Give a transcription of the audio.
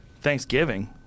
Thanksgiving